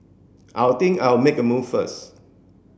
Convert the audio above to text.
I'll think I'll make a move first